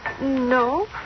no